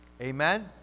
Amen